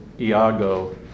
Iago